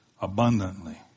abundantly